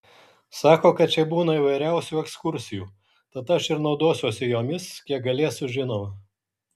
sako kad čia būna įvairiausių ekskursijų tad aš ir naudosiuosi jomis kiek galėsiu žinoma